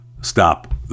stop